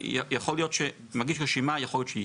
יכול להיות שמגיש רשימה יכול להיות שיטעה.